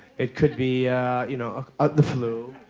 it could be you know um the flu,